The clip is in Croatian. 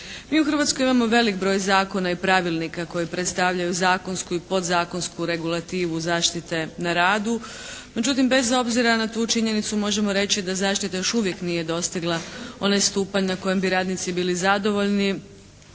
Mi u Hrvatskoj imamo veliki broj zakona i pravilnika koji predstavljaju zakonsku i podzakonsku regulativu zaštite na radu. Međutim bez obzira na tu činjenicu možemo reći da zaštita još uvijek nije dostigla onaj stupanj na kojem bi radnici bili zadovoljni.